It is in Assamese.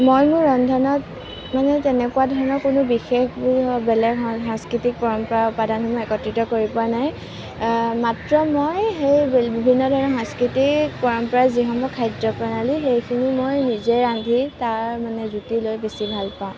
মই মোৰ ৰন্ধনত মানে তেনেকুৱা ধৰণৰ কোনো বিশেষ বেলেগ সাংস্কৃতিক পৰম্পৰা উপাদানসমূহ একত্ৰিত কৰি পোৱা নাই মাত্ৰ মই সেই বিভিন্ন ধৰণৰ সাংস্কৃতিক পৰম্পৰা যিসমূহ খাদ্যপ্ৰণালী সেইখিনি মই নিজেই ৰান্ধি তাৰ মানে জুতি লৈ বেছি ভাল পাওঁ